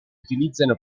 utilizzano